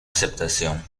aceptación